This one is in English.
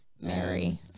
Mary